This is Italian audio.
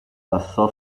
passò